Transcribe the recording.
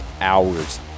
hours